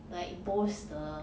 like boast the camera